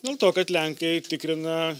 dėl to kad lenkai tikrina